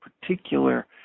particular